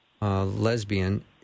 lesbian